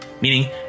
meaning